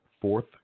fourth